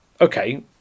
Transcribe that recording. Okay